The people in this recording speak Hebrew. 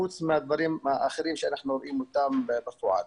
חוץ מהדברים האחרים שאנחנו רואים אותם בפועל.